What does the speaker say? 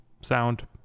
sound